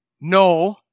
no